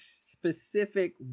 specific